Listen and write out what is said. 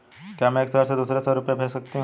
क्या मैं एक शहर से दूसरे शहर रुपये भेज सकती हूँ?